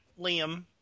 Liam